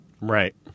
Right